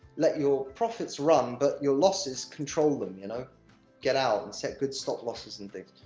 let your profits run, but your losses control them, you know get out, and set good stop losses and things.